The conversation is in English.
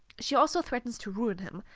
she also threatens to ruin him,